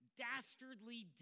dastardly